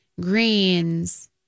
greens